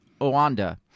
Oanda